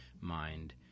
mind